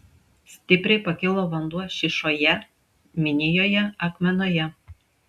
stipriai pakilo vanduo šyšoje minijoje akmenoje